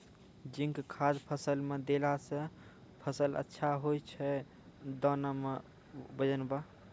zinc खाद फ़सल मे देला से फ़सल अच्छा होय छै दाना मे वजन ब